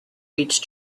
reach